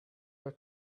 her